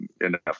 enough